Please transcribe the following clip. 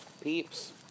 Peeps